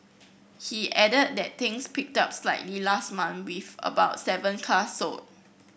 he added that things picked up slightly last month with about seven cars sold